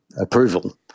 approval